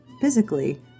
physically